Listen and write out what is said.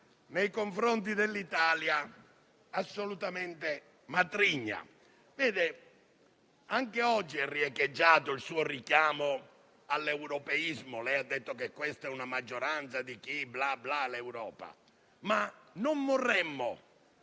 nei confronti dell'Italia. Anche oggi è riecheggiato il suo richiamo all'europeismo; lei ha detto che questa è una maggioranza di chi "bla bla" l'Europa. Ma non vorremmo